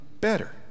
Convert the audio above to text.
better